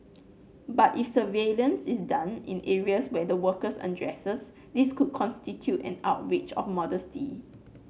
but if surveillance is done in areas where the workers undresses this could constitute an outrage of modesty